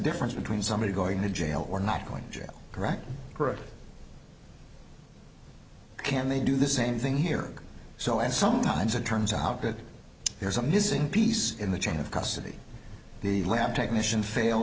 difference between somebody going to jail or not going to jail correct correct can they do the same thing here so and sometimes it turns out that there's a missing piece in the chain of custody the lab technician fail